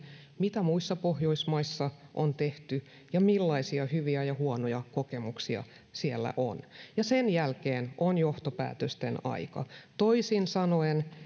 mitä muissa pohjoismaissa on tehty ja millaisia hyviä ja huonoja kokemuksia siellä on ja sen jälkeen on johtopäätösten aika toisin sanoen